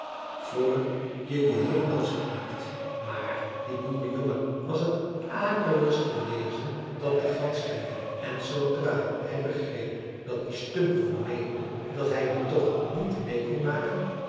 vr je je heelemaal ziek maakt maar die boerenjongen was het akeligste wezen dat de gans kende en zoodra hij begreep dat die stumper meende dat hij den tocht niet meê kon maken